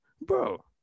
bro